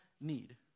need